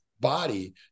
body